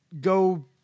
go